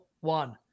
one